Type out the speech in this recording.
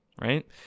right